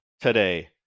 today